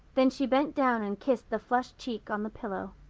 then she bent down and kissed the flushed cheek on the pillow.